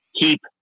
keep